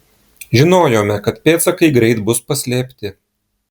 žinojome kad pėdsakai greit bus paslėpti